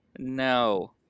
No